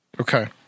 Okay